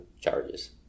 charges